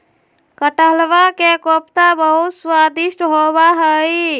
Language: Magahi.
कटहलवा के कोफ्ता बहुत स्वादिष्ट होबा हई